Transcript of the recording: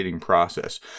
process